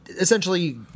essentially